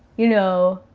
you know.